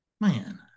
man